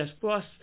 plus